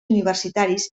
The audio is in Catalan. universitaris